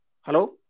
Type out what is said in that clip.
Hello